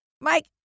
Mike